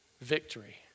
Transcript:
victory